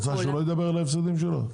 את רוצה שהוא לא ידבר על ההפסדים שלו?